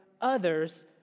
others